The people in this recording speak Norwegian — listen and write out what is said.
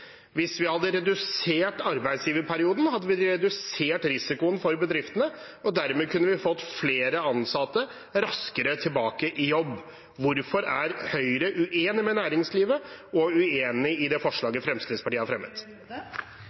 Hvis vi hadde redusert arbeidsgiverperioden, hadde vi redusert risikoen for bedriftene, og dermed kunne vi fått flere ansatte raskere tilbake i jobb. Hvorfor er Høyre uenig med næringslivet og uenig i det forslaget Fremskrittspartiet har fremmet?